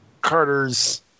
Carter's